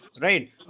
right